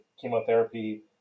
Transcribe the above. chemotherapy